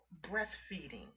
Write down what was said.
breastfeeding